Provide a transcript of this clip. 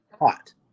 hot